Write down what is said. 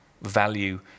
value